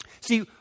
See